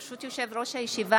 ברשות יושב-ראש הישיבה,